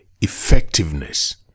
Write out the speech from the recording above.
effectiveness